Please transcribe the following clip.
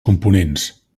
components